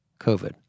COVID